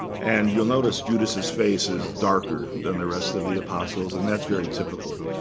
and you'll notice judas's face is darker than the rest of the apostles, and that's very typical.